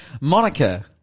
Monica